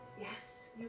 yes